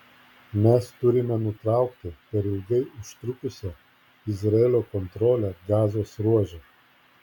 mes turime nutraukti per ilgai užtrukusią izraelio kontrolę gazos ruože